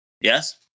Yes